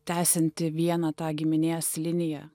tęsianti vieną tą giminės liniją